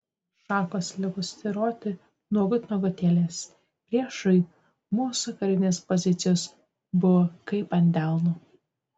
šakos liko styroti nuogut nuogutėlės priešui mūsų karinės pozicijos buvo kaip ant delno